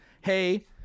hey